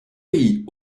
pays